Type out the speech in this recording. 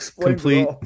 complete